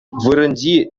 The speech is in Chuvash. вырӑнти